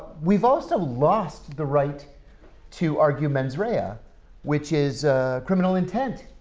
we've also lost the right to argue mens rea, ah which is criminal intent.